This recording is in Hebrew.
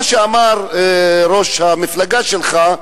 מה שאמר ראש המפלגה שלך,